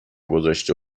گذاشته